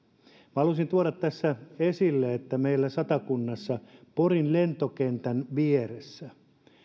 minä haluaisin tuoda tässä esille että meillä satakunnassa porin lentokentän vieressä